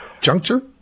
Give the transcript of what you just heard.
juncture